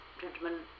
gentlemen